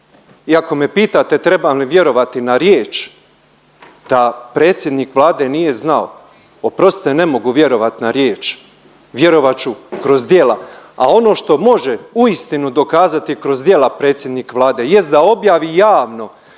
i ako me pitate trebam li vjerovati na riječ da predsjednik Vlade nije znao, oprostite ne mogu vjerovat na riječ, vjerovat ću kroz djela, a ono što može uistinu dokazati kroz djela predsjednik Vlade jest da objavi javno